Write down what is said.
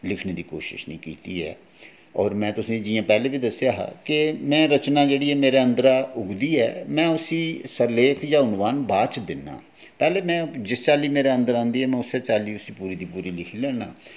लिखने दी कोशिश नी कीती ऐ और में जि'यां तुसेंगी पैह्लें बी दस्सेआ हा केह् में रचना जेह्ड़ी ऐ मेरे अंदरां उगदी ऐ में उसी लेख जां वन बाथ दि'न्ना पैह्लें में जिस चाल्ली में अंदर आंदी ऐ में उस्सै चाल्ली पूरी दी पूरी लिखी लैना